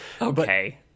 okay